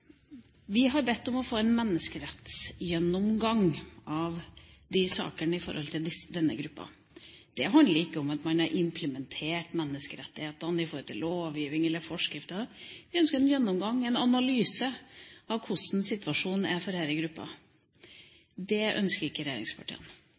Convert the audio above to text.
Vi har bedt om å få en menneskerettsgjennomgang av disse sakene når det gjelder denne gruppa. Det handler ikke om at man har implementert menneskerettighetene i lovgivning eller forskrifter. Vi ønsker en gjennomgang – en analyse – av hvordan situasjonen er for